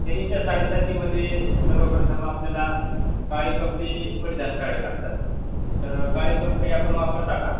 शनीच्या साडेसातीमध्ये सर्वप्रथम आपल्याला काळे कपडे परिधान करावे लागतात तर काळे कपडे आपण वापरता का